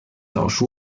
早熟